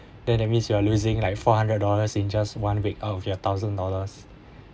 then that means you are losing like four hundred dollars in just one week of your thousand dollars